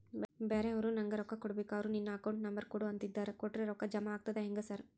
ಬ್ಯಾರೆವರು ನಂಗ್ ರೊಕ್ಕಾ ಕೊಡ್ಬೇಕು ಅವ್ರು ನಿನ್ ಅಕೌಂಟ್ ನಂಬರ್ ಕೊಡು ಅಂತಿದ್ದಾರ ಕೊಟ್ರೆ ರೊಕ್ಕ ಜಮಾ ಆಗ್ತದಾ ಹೆಂಗ್ ಸಾರ್?